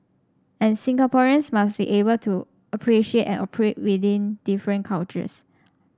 and Singaporeans must be able appreciate and operate within different cultures